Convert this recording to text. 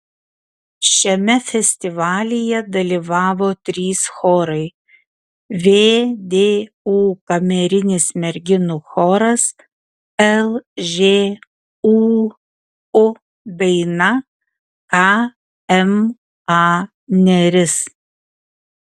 šiame festivalyje dalyvavo trys chorai vdu kamerinis merginų choras lžūu daina kma neris